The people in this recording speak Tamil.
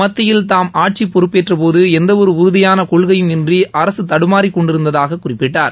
மத்தியில் தாம் ஆட்சி பொறுப்பேற்றபோது எந்தவொரு உறுதியாள கொள்கையும் இன்றி அரசு தடுமாறிக்கொண்டிருந்ததாக குறிப்பிட்டார்